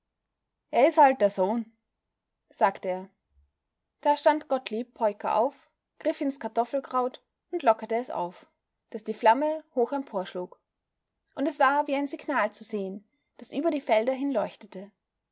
er is halt der sohn sagte er da stand gottlieb peuker auf griff ins kartoffelkraut und lockerte es auf daß die flamme hoch emporschlug und es war wie ein signal zu sehen das über die felder hin leuchtete